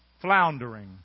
Floundering